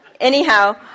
Anyhow